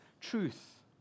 truth